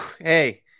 Hey